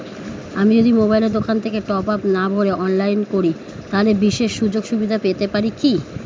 আমি যদি মোবাইলের দোকান থেকে টপআপ না ভরে অনলাইনে করি তাহলে বিশেষ সুযোগসুবিধা পেতে পারি কি?